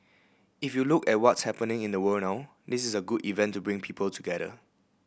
if you look at what's happening in the world now this is a good event to bring people together